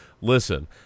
listen